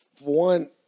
One